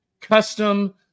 custom